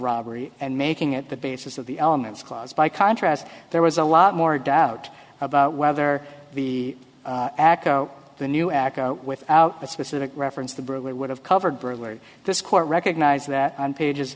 robbery and making it the basis of the elements clause by contrast there was a lot more doubt about whether the aca the new aca without a specific reference the burglar would have covered burglary this court recognized that on pages